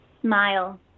smile